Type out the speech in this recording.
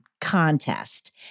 contest